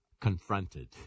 confronted